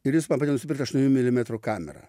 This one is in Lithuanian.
ir jis pabandė nusipirkt aštuonių milimetrų kamerą